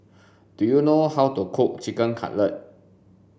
do you know how to cook Chicken Cutlet